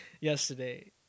Yesterday